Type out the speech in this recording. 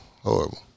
horrible